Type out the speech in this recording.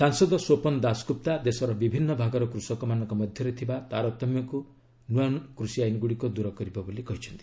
ସାଂସଦ ସ୍ୱପନ ଦାସଗୁପ୍ତା ଦେଶର ବିଭିନ୍ନ ଭାଗର କୃଷକମାନଙ୍କ ମଧ୍ୟରେ ଥିବା ତାରତମ୍ୟକୁ ନୂଆ କୃଷି ଆଇନ୍ଗୁଡ଼ିକ ଦୂର କରିବ ବୋଲି କହିଚ୍ଛନ୍ତି